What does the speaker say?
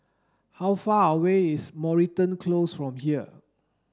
how far away is Moreton Close from here